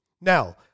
Now